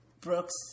Brooks